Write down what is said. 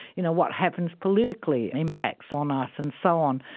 you know, what happens politically impacts on us and so on.